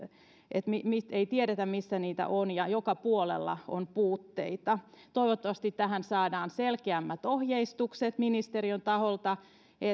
ei tiedetä missä niitä on ja joka puolella on puutteita toivottavasti tähän saadaan selkeämmät ohjeistukset ministeriön taholta